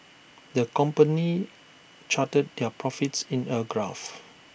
the company charted their profits in A graph